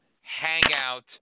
Hangout